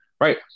right